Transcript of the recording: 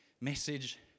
message